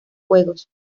juegos